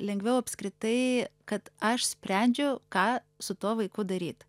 lengviau apskritai kad aš sprendžiu ką su tuo vaiku daryti